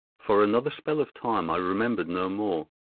for another spell of time i remembered no more.